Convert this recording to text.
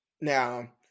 Now